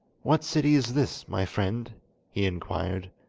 what city is this, my friend he inquired.